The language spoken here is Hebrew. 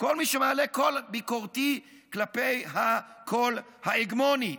לכל מי שמעלה קול ביקורתי כלפי הקול ההגמוני,